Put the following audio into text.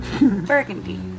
Burgundy